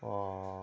অঁ